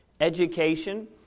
education